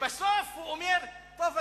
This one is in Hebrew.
ובסוף הוא אומר: טוב,